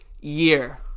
year